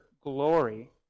glory